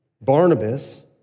Barnabas